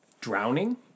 Drowning